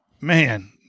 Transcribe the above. man